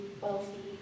wealthy